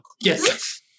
Yes